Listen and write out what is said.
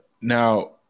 Now